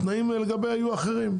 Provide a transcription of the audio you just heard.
התנאים לגביה יהיו אחרים.